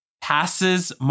passes